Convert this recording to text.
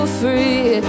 free